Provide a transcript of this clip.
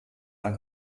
ein